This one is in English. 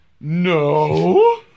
No